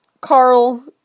Carl